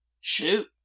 Shoot